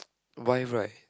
wife right